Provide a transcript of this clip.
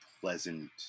pleasant